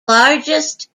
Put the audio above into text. largest